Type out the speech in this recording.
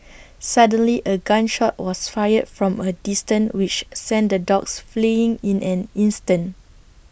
suddenly A gun shot was fired from A distance which sent the dogs fleeing in an instant